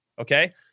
okay